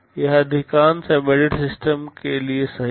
यह अधिकांश embedded system के लिए सही है